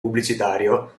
pubblicitario